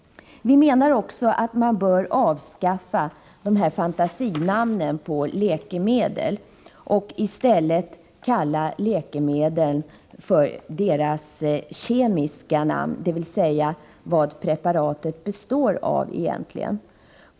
Vpk anser vidare att fantasinamnen på läkemedel bör avskaffas. Läkemedlen bör i stället kallas för sina kemiska namn, som upplyser om vad preparaten består av.